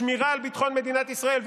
חבר הכנסת מלכיאלי,